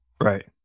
Right